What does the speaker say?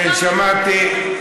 שמעתי.